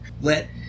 let